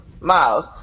Miles